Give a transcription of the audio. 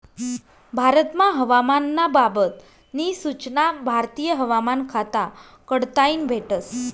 भारतमा हवामान ना बाबत नी सूचना भारतीय हवामान खाता कडताईन भेटस